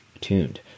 tuned